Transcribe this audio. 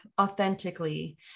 authentically